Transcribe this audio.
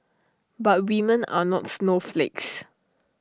but women are not snowflakes